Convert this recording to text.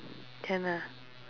can lah